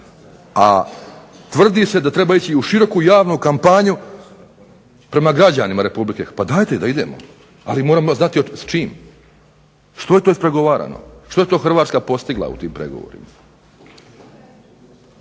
A tvrdi se da treba ići u široku javnu kampanju prema građanima Republike Hrvatske, dajte da idemo ali moramo znati s čim, što je ispregovarano, što je Hrvatska postigla u tim poglavljima.